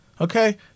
Okay